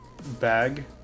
bag